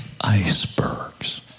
icebergs